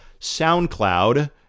SoundCloud